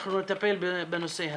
ואנחנו נטפל בנושא הזה.